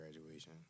graduation